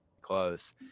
close